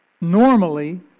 Normally